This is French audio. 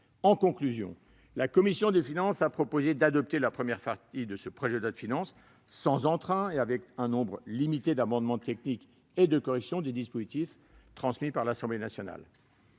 En conclusion, la commission des finances a proposé d'adopter la première partie de ce projet de loi de finances, sans entrain et avec un nombre limité d'amendements techniques et de correction des dispositifs qui lui étaient transmis par l'Assemblée nationale.